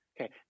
Okay